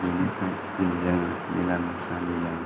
बेनिफ्राय जों मिला मिसा जानानै ज'